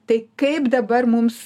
tai kaip dabar mums